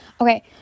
Okay